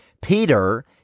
Peter